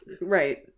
right